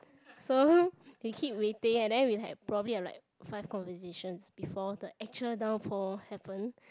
so we keep waiting and then we had probably have like five conversations before the actual downpour happen